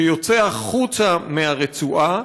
שיוצא החוצה מהרצועה